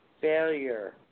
failure